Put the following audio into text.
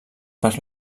per